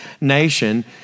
nation